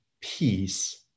peace